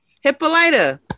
Hippolyta